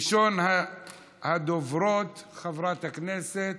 ראשונת הדוברות, חברת הכנסת